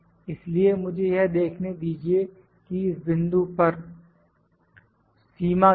इसलिए मुझे यह देखने दीजिए कि इस बिंदु पर l सीमा क्या है